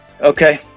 Okay